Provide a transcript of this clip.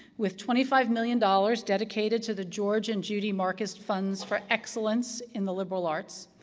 with twenty five million dollars dedicated to the george and judy marcus funds for excellence in the liberal arts,